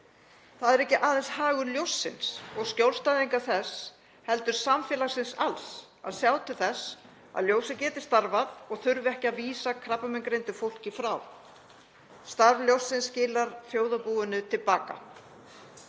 Það er ekki aðeins hagur Ljóssins og skjólstæðinga þess heldur samfélagsins alls að sjá til þess að Ljósið geti starfað og þurfi ekki að vísa krabbameinsgreindu fólki frá. Starf Ljóssins skilar þjóðarbúinu til baka.